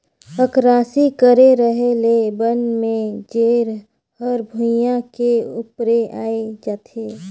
अकरासी करे रहें ले बन में जेर हर भुइयां के उपरे आय जाथे